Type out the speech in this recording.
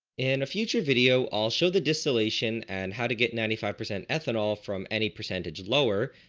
in a future video i'll show the distillation and how to get ninety five percent ethanol from any percentage lower,